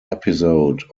episode